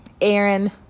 Aaron